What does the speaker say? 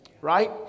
right